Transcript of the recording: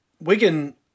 Wigan